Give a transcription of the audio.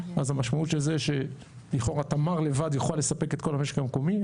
אז המשמעות של זה שלכאורה תמר לבד יכולה לספק את כל המשק המקומי,